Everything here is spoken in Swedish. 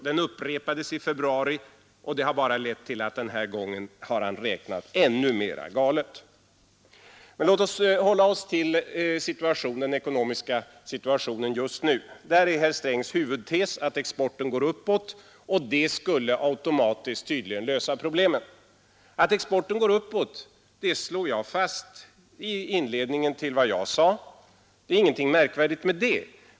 Den upprepades i februari i år, men har bara lett till att den här gången har han räknat ännu mera galet. Men låt oss hålla oss till den ekonomiska situationen just nu. Där är herr Strängs huvudtes att exporten går uppåt, och det skulle tydligen automatiskt lösa problemen. Att exporten går uppåt slog jag fast i inledningen till mitt anförande. Det är inget märkvärdigt med det.